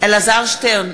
אלעזר שטרן,